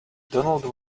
donald